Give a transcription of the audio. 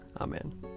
Amen